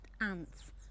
ants